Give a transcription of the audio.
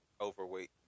overweight